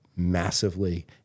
Massively